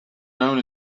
known